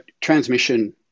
transmission